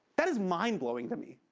that is mind-blowing to me.